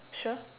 sure